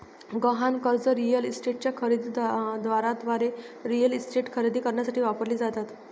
गहाण कर्जे रिअल इस्टेटच्या खरेदी दाराद्वारे रिअल इस्टेट खरेदी करण्यासाठी वापरली जातात